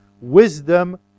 wisdom